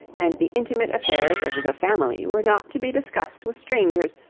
and the intimate affairs of the family were not to be discussed with strangers,